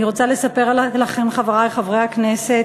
אני רוצה לספר לכם, חברי חברי הכנסת,